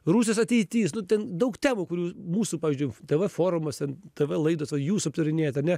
rusijos ateitis nu ten daug temų kurių mūsų pavyzdžiui tv forumuose tv laidos va jūs aptarinėjat ane